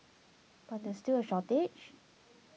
but there is still a shortage